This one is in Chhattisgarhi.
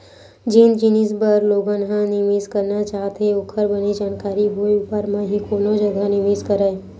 जेन जिनिस बर लोगन ह निवेस करना चाहथे ओखर बने जानकारी होय ऊपर म ही कोनो जघा निवेस करय